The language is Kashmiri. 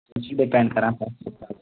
سُہ چھُ ڈِپٮ۪نٛڈ کَران